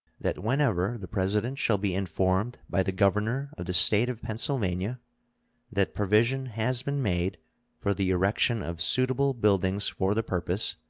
that whenever the president shall be informed by the governor of the state of pennsylvania that provision has been made for the erection of suitable buildings for the purpose,